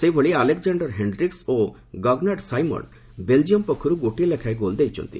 ସେହିଭଳି Alexander Hendrickx ଓ Gougnard Simon Belgium ପକ୍ଷରୁ ଗୋଟିଏ ଲେଖାଏଁ ଗୋଲ୍ ଦେଇଛନ୍ତି